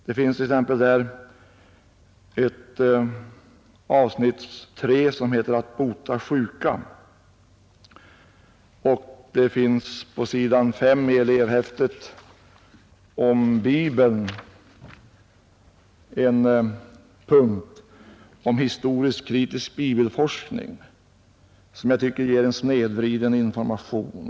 Det finns t.ex. ett avsnitt 3 som heter ”Att bota sjuka”. På s. 5 i elevhäftet finns i avsnittet ”Om bibeln” en punkt om historisk kritisk bibelforskning, som jag tycker ger en snedvriden information.